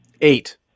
Eight